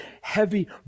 heavy